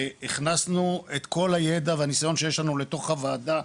והכנסנו את כל הידע והניסיון שיש לנו לתוך הוועדה,